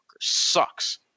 sucks